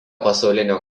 pasaulinio